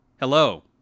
Hello